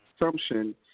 assumption